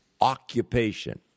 occupation